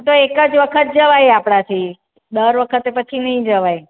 તો એકાદ વખત જવાય આપણાથી દર વખતે પછી નહીં જવાય